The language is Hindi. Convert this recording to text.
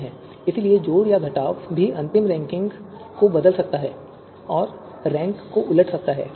इसलिए जोड़ या घटाव भी अंतिम रैंकिंग को बदल सकता है और रैंक उलट सकता है